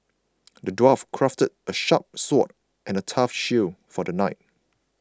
the dwarf crafted a sharp sword and a tough shield for the knight